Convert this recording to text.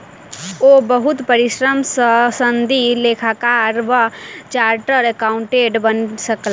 ओ बहुत परिश्रम सॅ सनदी लेखाकार वा चार्टर्ड अकाउंटेंट बनि सकला